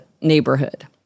neighborhood